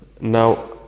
now